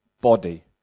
body